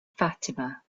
fatima